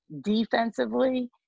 defensively